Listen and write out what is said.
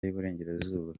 y’iburengerazuba